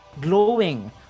glowing